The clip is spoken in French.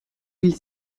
mille